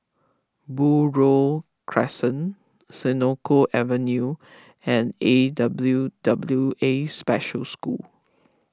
Buroh Crescent Senoko Avenue and A W W A Special School